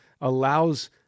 allows